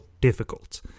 difficult